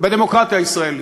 בדמוקרטיה הישראלית.